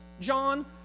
John